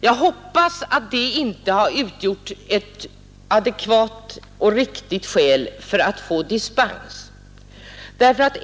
Jag hoppas att detta inte har utgjort ett adekvat och riktigt skäl för att få dispens.